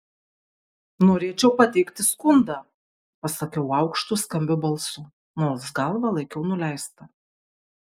norėčiau pateikti skundą pasakiau aukštu skambiu balsu nors galvą laikiau nuleistą